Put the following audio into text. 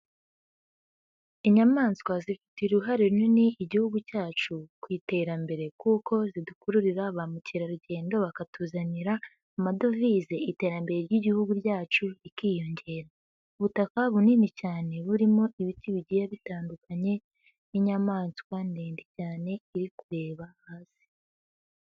Inyamaswa zifite uruhare runini Igihugu cyacu, ku iterambere kuko zidukururira ba mukerarugendo bakatuzanira amadovize iterambere ry'Igihugu cyacu rikiyongera, ubutaka bunini cyane burimo ibiti bigiye bitandukanye, n'inyamaswa ndende cyane iri kureba hasi.